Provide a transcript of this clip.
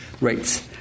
rates